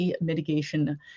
Mitigation